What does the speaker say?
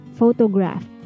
photograph